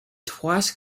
twice